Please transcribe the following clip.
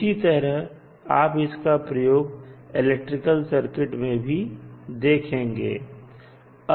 इसी तरह आप इसका प्रयोग इलेक्ट्रिकल सर्किट में भी देखेंगे